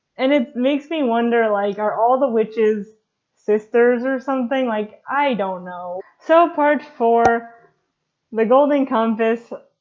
and it makes me wonder like are all the witches sisters or something? like i don't know. so part four the golden compass,